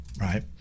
right